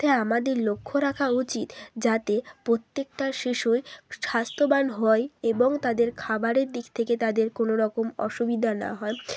তাই আমাদের লক্ষ্য রাখা উচিত যাতে প্রত্যেকটা শিশুই স্বাস্থ্যবান হয় এবং তাদের খাবারের দিক থেকে তাদের কোনো রকম অসুবিধা না হয়